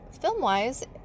film-wise